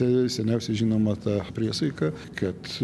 seniausia žinoma ta priesaika kad